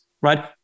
Right